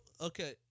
Okay